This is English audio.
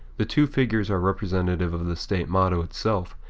the two figures are representative of the state motto itself,